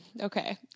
okay